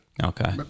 Okay